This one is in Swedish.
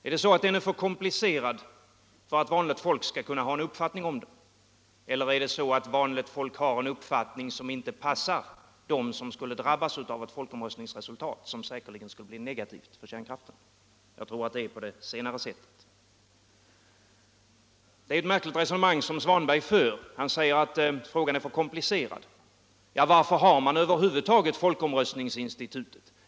Är det så att den är för komplicerad för att vanligt folk skall kunna ha en uppfattning om den eller är det så att vanligt folk har en uppfattning som inte passar dem som skulle drabbas av ett folkomröstningsresultat, som säkerligen skulle bli negativt för kärnkraften? Jag tror att det är på det senare sättet. Det är ett märkligt resonemang som herr Svanberg för. Han säger att frågan är för komplicerad. Varför har man över huvud taget folkomröstningsinstitutet?